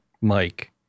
Mike